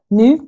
nu